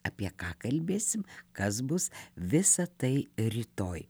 apie ką kalbėsim kas bus visa tai rytoj